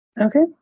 okay